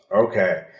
Okay